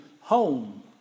home